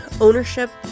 ownership